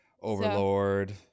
overlord